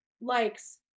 likes